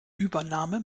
übernahme